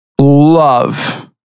love